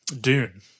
Dune